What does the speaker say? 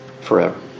forever